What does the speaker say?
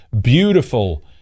beautiful